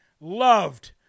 loved